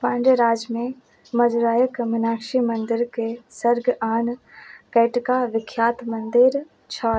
पाण्डे राजमे मदुरैके मीनाक्षी मन्दिरके सर्ग आन कएकटा विख्यात मन्दिर छल